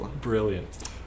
Brilliant